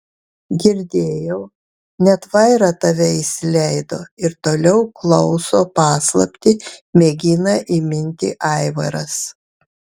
girdėjau net vaira tave įsileido ir toliau klauso paslaptį mėgina įminti aivaras